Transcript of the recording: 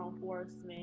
enforcement